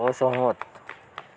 असहमत